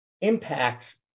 impacts